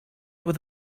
with